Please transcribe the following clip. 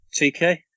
TK